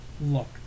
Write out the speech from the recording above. look